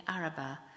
Arabah